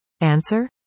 Answer